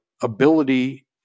ability